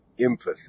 empathy